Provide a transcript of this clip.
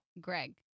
Greg